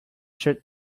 shut